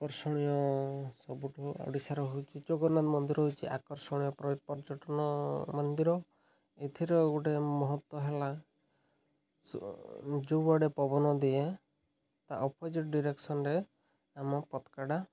ଆକର୍ଷଣୀୟ ସବୁଠୁ ଓଡ଼ିଶାର ହେଉଛି ଜଗନ୍ନାଥ ମନ୍ଦିର ହେଉଛି ଆକର୍ଷଣୀୟ ପର୍ଯ୍ୟଟନ ମନ୍ଦିର ଏଥିର ଗୋଟେ ମହତ୍ତ୍ୱ ହେଲା ଯୋଉ ଆଡ଼େ ପବନ ଦିଏ ତା ଅପୋଜିଟ୍ ଡାଇରେକ୍ସନ୍ରେ ଆମ ପତାକାଟା